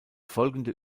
folgende